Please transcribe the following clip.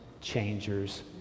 changers